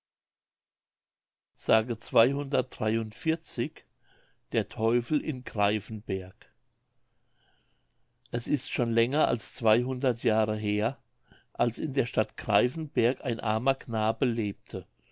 der teufel in greifenberg es ist schon länger als zweihundert jahre her als in der stadt greifenberg ein armer knabe lebte